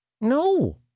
No